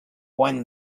won